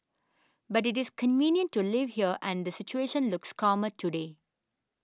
but it is convenient to live here and the situation looks calmer today